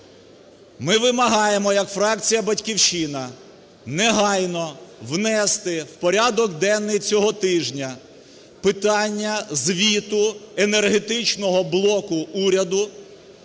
Ми вимагаємо як фракція "Батьківщина" негайно внести в порядок денний цього тижня питання звіту енергетичного блоку уряду